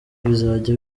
bizajya